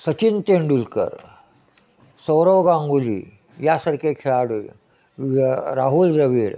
सचिन तेंडुलकर सौरव गांगुली यासारखे खेळाडू राहुल द्रवीड